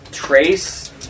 Trace